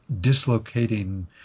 dislocating